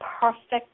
perfect